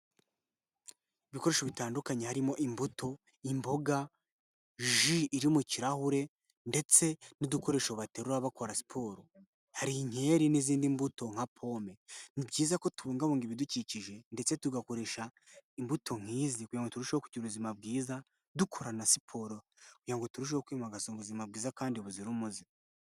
Ibikoresho bitandukanye harimo imbuto, imboga ji iri mu kirahure ndetse n'udukoresho baterura bakora siporo hari inkeri n'izindi mbuto nka pome ni byiza kubungabunga ibidukikije ndetse tugakoresha imbuto nk'izi kugira ngo turusheho kugira ubuzima bwiza dukora na siporo kugira ngo turusheho kwimakaza ubuzima bwiza kandi buzira umuze.